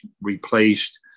replaced